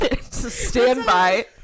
Standby